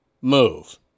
move